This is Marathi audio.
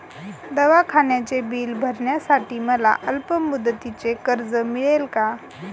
दवाखान्याचे बिल भरण्यासाठी मला अल्पमुदतीचे कर्ज मिळेल का?